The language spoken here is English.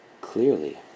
clearly